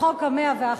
החוק ה-101.